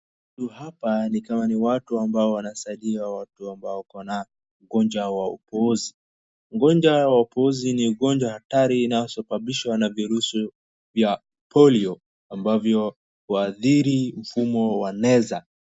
Hapa nikama watu ambao wanasaidia watu ambao wako na ugonjwa wa upoozi, ugonjwa wa upoozi ni ugonjwa hatari inaosababishwa na virusi vya Polio ambavyo waadhiri humo hueneza.